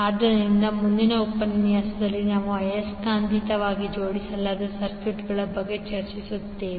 ಆದ್ದರಿಂದ ಮುಂದಿನ ಉಪನ್ಯಾಸದಲ್ಲಿ ನಾವು ಆಯಸ್ಕಾಂತೀಯವಾಗಿ ಜೋಡಿಸಲಾದ ಸರ್ಕ್ಯೂಟ್ಗಳ ಬಗ್ಗೆ ಚರ್ಚಿಸುತ್ತೇವೆ